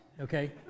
okay